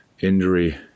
injury